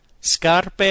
Scarpe